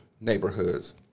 neighborhoods